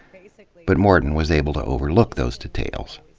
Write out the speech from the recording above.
but morton was able to overlook those details.